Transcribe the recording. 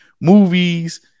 movies